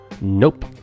nope